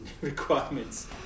requirements